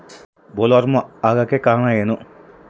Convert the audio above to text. Bollworm ಆಗೋಕೆ ಕಾರಣ ಏನು?